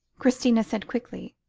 christina said quickly.